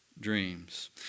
dreams